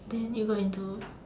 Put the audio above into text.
then you got into